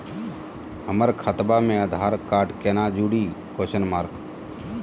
हमर खतवा मे आधार कार्ड केना जुड़ी?